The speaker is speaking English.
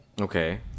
okay